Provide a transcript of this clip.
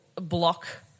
block